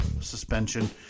suspension